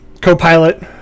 Co-pilot